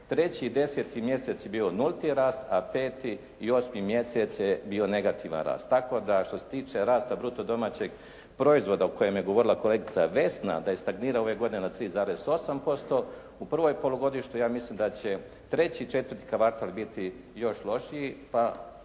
3. i 10. mjesec je bio nulti rast, a 5. i 8. mjesec je bio negativan rast tako da što se tiče rasta bruto domaćeg proizvoda o kojem je govorila kolegica Vesna da je stagnirao ove godine na 3,8% u prvom polugodištu ja mislim da će 3. i 4. kvartal biti još lošiji pa